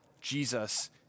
Jesus